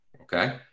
Okay